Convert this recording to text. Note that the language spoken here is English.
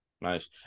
Nice